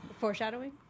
foreshadowing